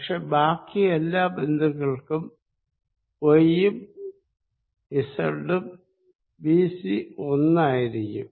പക്ഷെ ബാക്കി എല്ലാ പോയിന്റ്റുകൾക്കും y ഉം z ഉം bc ഒന്നായിരിക്കും